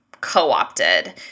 co-opted